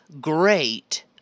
great